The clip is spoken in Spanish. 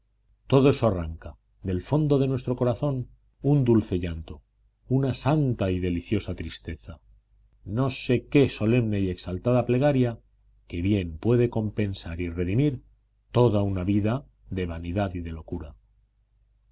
todo eso arranca del fondo de nuestro corazón un dulce llanto una santa y deliciosa tristeza no sé qué solemne y exaltada plegaria que bien puede compensar y redimir toda una vida de vanidad y de locura